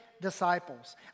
disciples